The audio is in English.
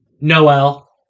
Noel